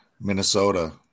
Minnesota